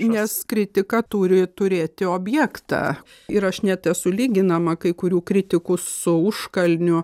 nes kritika turi turėti objektą ir aš net esu lyginama kai kurių kritikų su užkalniu